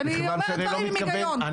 כי אני אומרת דברים עם הגיון.